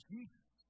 Jesus